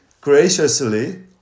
graciously